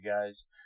guys